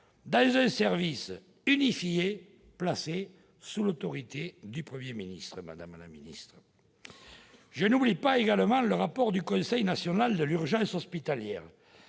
dans un service unifié placé sous l'autorité du Premier ministre. Je n'oublie pas non plus le rapport du Conseil national de l'urgence hospitalière